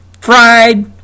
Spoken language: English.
fried